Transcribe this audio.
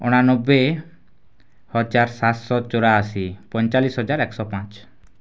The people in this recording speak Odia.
ଅଣାନବେ ହଜାର ସାତ ଶହ ଚଉରାଅଶୀ ପଇଁଚାଳିଶି ହଜାର ଏକ ଶହ ପାଞ୍ଚ